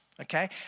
Okay